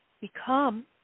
become